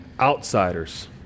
outsiders